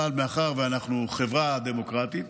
אבל מאחר שאנחנו חברה דמוקרטית,